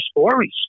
stories